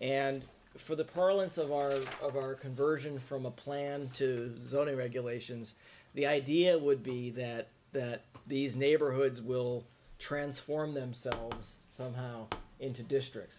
and for the plural and some are over conversion from a plan to zone a regulations the idea would be that that these neighborhoods will transform themselves somehow into districts